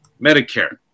Medicare